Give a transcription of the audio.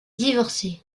divorcé